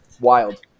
Wild